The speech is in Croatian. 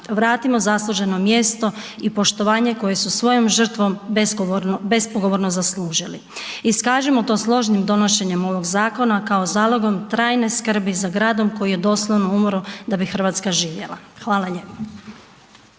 vratimo zasluženo mjesto i poštovanje koje su svojom žrtvom bespogovorno zaslužili. Iskažimo to složnim donošenjem ovog zakona kao zalogom trajne skrbi za gradom koji je doslovno umro da bi Hrvatska živjela. Hvala lijepo.